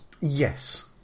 Yes